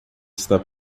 está